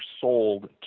sold